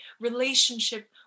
relationship